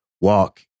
walk